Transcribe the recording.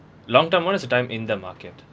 long term [one] is the time in the market